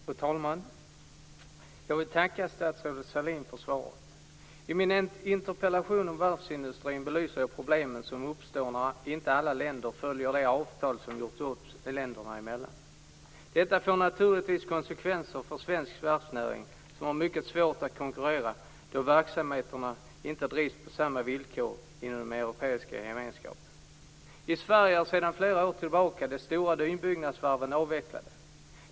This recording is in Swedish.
Fru talman! Jag vill tacka statsrådet Sahlin för svaret. I min interpellation om varvsindustrin belyser jag de problem som uppstår när inte alla länder följer det avtal som gjorts upp länderna emellan. Detta får naturligtvis konsekvenser för svensk varvsnäring som har mycket svårt att konkurrera då verksamheterna inte drivs på samma villkor inom Europeiska gemenskapen. I Sverige är sedan flera år tillbaka de stora nybyggnadsvarven avvecklade.